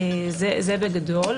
זה בגדול.